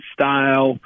style